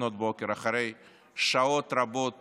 אחרי שעות רבות